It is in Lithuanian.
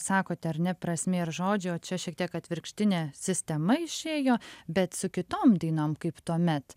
sakote ar ne prasmė ir žodžiai o čia šiek tiek atvirkštinė sistema išėjo bet su kitom dainom kaip tuomet